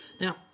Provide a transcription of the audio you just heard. Now